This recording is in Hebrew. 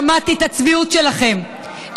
שמעתי את הצביעות שלכם,